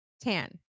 tan